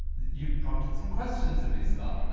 you prompted some questions in me, scott.